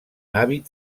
hàbit